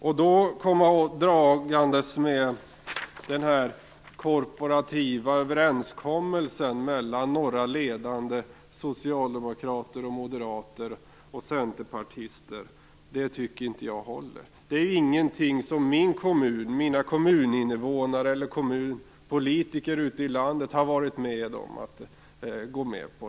Att då komma dragandes med den här korporativa överenskommelsen mellan några ledande socialdemokrater, moderater och centerpartister tycker inte jag håller. Det är ingenting som min kommun, mina kommuninvånare eller kommunpolitiker ute i landet har varit med om att gå med på.